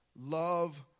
love